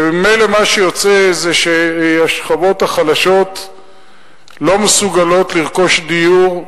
וממילא מה שיוצא זה שהשכבות החלשות לא מסוגלות לרכוש דירה,